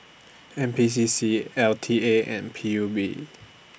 N P C C L T A and P U B